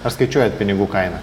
ar skaičiuojat pinigų kainą